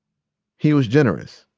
he was generous,